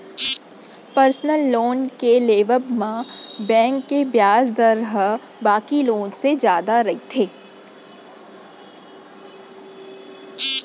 personal loan के लेवब म बेंक के बियाज दर ह बाकी लोन ले जादा रहिथे